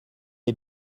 est